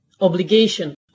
obligation